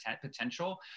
potential